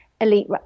elite